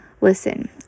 listen